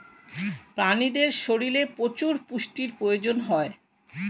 প্রাণীদের শরীরে প্রচুর পুষ্টির প্রয়োজন হয়